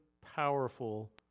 powerful